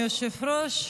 אדוני היושב-ראש,